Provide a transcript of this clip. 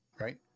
right